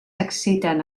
exciten